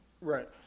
Right